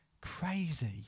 crazy